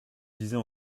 disais